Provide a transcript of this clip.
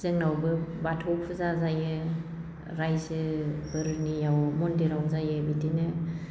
जोंनावबो बाथौ फुजा जायो रायजोफोरनियाव मन्दिराव जायो बिदिनो